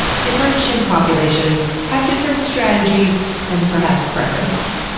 different chimp populations have different strategies and perhaps preferences.